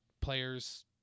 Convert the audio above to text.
players